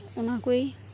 ᱚᱱᱟᱠᱚᱭ